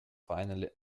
finally